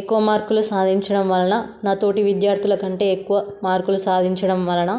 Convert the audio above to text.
ఎక్కువ మార్కులు సాధించడం వలన నా తోటి విద్యార్థుల కంటే ఎక్కువ మార్కులు సాధించడం వలన